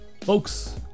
Folks